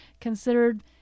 considered